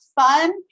fun